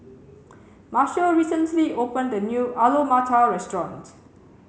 Marshal recently opened a new Alu Matar restaurant